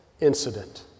incident